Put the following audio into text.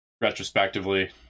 retrospectively